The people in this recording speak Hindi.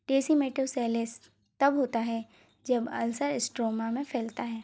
डेसिमेटोसेलेस तब होता है जब अल्सर इस्ट्रोमा में फैलता है